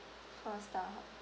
four star